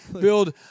build